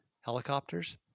helicopters